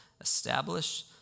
establish